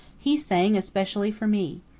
he sang especially for me.